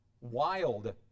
wild